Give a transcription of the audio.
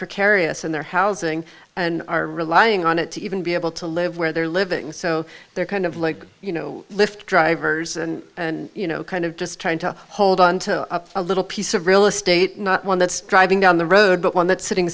precarious in their housing and are relying on it to even be able to live where they're living so they're kind of like you know lift drivers and and you know kind of just trying to hold on to up a little piece of real estate not one that's driving down the road but one that's sitting